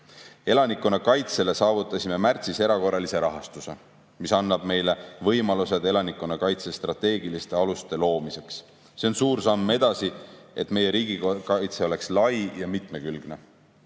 Elanikkonnakaitsele saavutasime märtsis erakorralise rahastuse, mis annab meile võimalused elanikkonnakaitse strateegiliste aluste loomiseks. See on suur samm edasi, et meie riigikaitse oleks lai ja mitmekülgne.